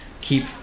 keep